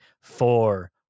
four